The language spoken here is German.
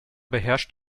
beherrscht